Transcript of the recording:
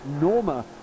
Norma